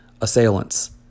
assailants